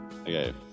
Okay